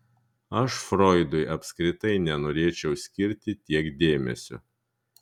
aš froidui apskritai nenorėčiau skirti tiek dėmesio